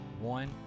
One